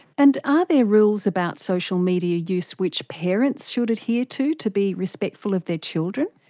and are there rules about social media use which parents should adhere to, to be respectful of their children?